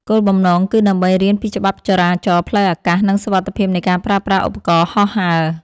គោលបំណងគឺដើម្បីរៀនពីច្បាប់ចរាចរណ៍ផ្លូវអាកាស និងសុវត្ថិភាពនៃការប្រើប្រាស់ឧបករណ៍ហោះហើរ។